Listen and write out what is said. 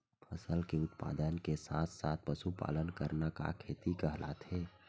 फसल के उत्पादन के साथ साथ पशुपालन करना का खेती कहलाथे?